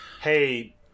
hey